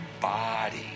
body